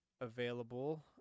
available